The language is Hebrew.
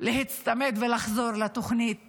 לחזור ולהיצמד לתוכנית